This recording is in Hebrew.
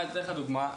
אני אתן לך דוגמה.